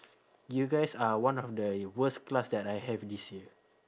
you guys are one of the worst class that I have this year